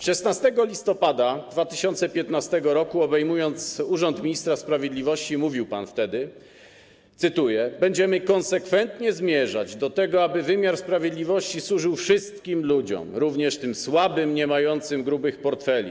16 listopada 2015 r., obejmując urząd ministra sprawiedliwości, mówił pan, cytuję: Będziemy konsekwentnie zmierzać do tego, aby wymiar sprawiedliwości służył wszystkim ludziom, również tym słabym, niemającym grubych portfeli.